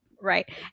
right